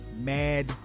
Mad